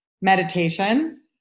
meditation